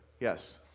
Yes